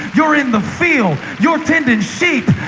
you're in the field. you're tending sheep.